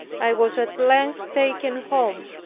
i was at length taken home.